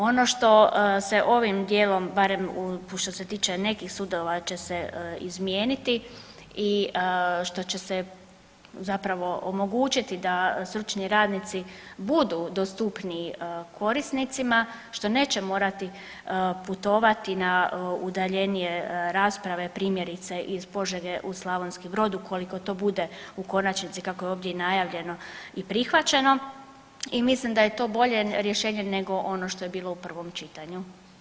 Ono što se ovim dijelom barem što se tiče nekih sudova će se izmijeniti i što će se zapravo omogući da stručni radnici budu dostupniji korisnicima što neće morati putovati na udaljenije rasprave primjerice iz Požege u Slavonski Brod ukoliko to bude u konačnici kako je ovdje i najavljeno i prihvaćeno i mislim da je to bolje rješenje nego ono što je bilo u prvom čitanju.